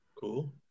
Cool